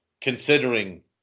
considering